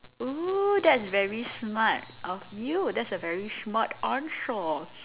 oo that's very smart of you that's a very smart answer